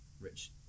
rich